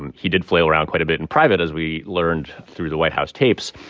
and he did flail around quite a bit in private, as we learned through the white house tapes.